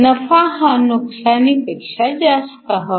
नफा हा नुकसानीपेक्षा अधिक हवा